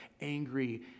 angry